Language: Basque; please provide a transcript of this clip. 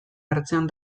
ertzean